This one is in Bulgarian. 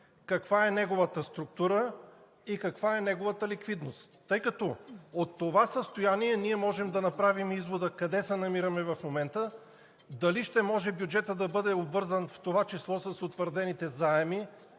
каква е неговата структура и каква е неговата ликвидност, тъй като от това състояние ние можем да направим извода къде се намираме в момента, дали бюджетът ще може да бъде обвързан, в това число и с утвърдените заеми.